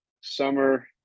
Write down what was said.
summer